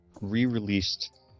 re-released